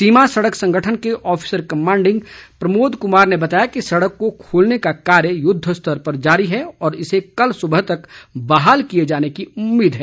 सीमा सड़क संगठन के ऑफिसर कमांडिंग प्रमोद कुमार ने बताया कि सड़क को खोलने का कार्य युद्ध स्तर पर जारी है और इसे कल सुबह तक बहाल किए जाने की उम्मीद है